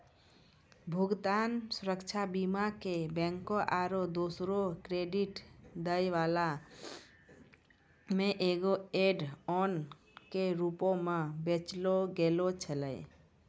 भुगतान सुरक्षा बीमा के बैंको आरु दोसरो क्रेडिट दै बाला मे एगो ऐड ऑन के रूपो मे बेचलो गैलो छलै